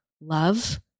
love